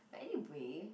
but anyway